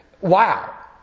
Wow